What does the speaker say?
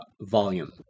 volume